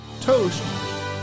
Toast